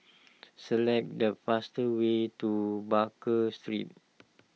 select the fastest way to Baker Street